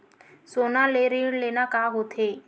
सोना ले ऋण लेना का होथे?